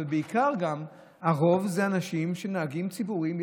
אבל בעיקר, הרוב זה אנשים שהם נהגים ציבוריים.